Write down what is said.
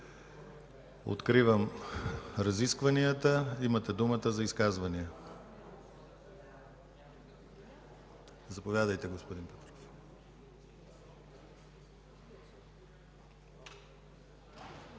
Откривам разискванията. Имате думата за изказвания. Заповядайте, господин Петров.